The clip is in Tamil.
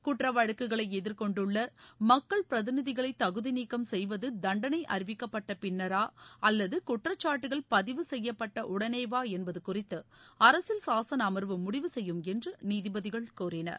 குற்றவழக்குகளைஎதிர்கொண்டுள்ளமக்கள் பிரதிநிதிகளைதகுதிநீக்கம் செய்வதுதண்டனைஅறிவிக்கப்பட்டபின்னரா அல்லதுகுற்றச்சாட்டுகள் பதிவு செய்யப்பட்டஉடனேவாஎன்பதுகுறித்துஅரசியல் சாசனஅர்வு முடிவு செய்யும் என்று நீதிபதிகள் கூறினர்